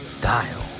dial